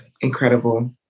Incredible